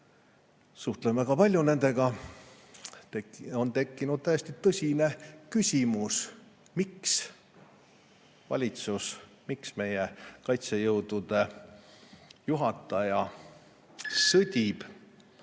suhtlen väga palju nendega –, on tekkinud täiesti tõsine küsimus: miks valitsus, miks meie kaitsejõudude juhataja sõdib